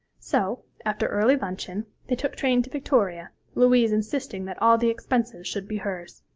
so, after early luncheon, they took train to victoria, louise insisting that all the expenses should be hers.